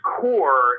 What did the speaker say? core